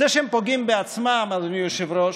זה שהם פוגעים בעצמם, אדוני היושב-ראש,